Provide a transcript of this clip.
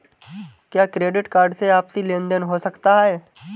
क्या credit card से आपसी लेनदेन हो सकता है?